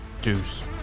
Deuce